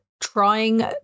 trying